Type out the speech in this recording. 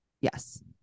Yes